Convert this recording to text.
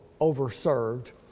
overserved